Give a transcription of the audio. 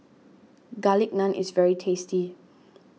Garlic Naan is very tasty